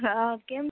હા કેમ